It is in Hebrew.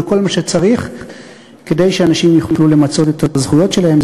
וכל מה שצריך כדי שאנשים יוכלו למצות את הזכויות שלהם.